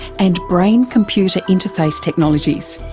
and brain-computer interface technologies.